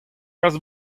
kalz